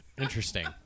interesting